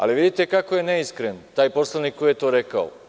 Ali, vidite kako je neiskren, taj poslanik koji je to rekao.